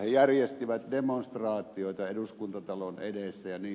he järjestivät demonstraatioita eduskuntatalon edessä jnp